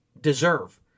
deserve